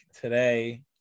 today